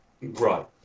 Right